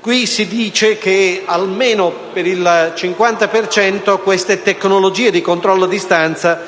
Qui si dice che, almeno per il 50 per cento, queste tecnologie di controllo a distanza